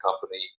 company